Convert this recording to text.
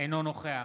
אינו נוכח